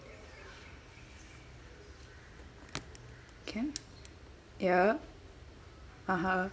can ya (uh huh)